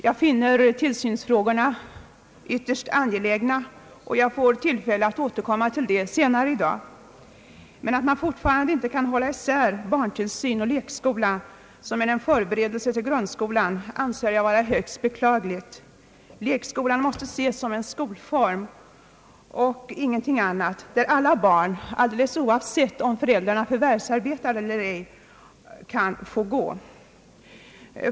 Jag finner barntillsynsfrågorna ytterst angelägna och får tillfälle att senare i dag återkomma till dem. Men att man fortfarande inte kan hålla isär barntillsyn och lekskola, som är en förberedelse för grundskolan, anser jag vara högst beklagligt. Lekskolan måste ses som en skolform och ingenting annat, där alla barn skall få gå oavsett om föräldrarna förvärvsarbetar eller inte.